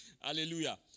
Hallelujah